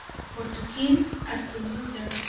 for to him, as to luther,